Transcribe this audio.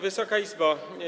Wysoka Izbo!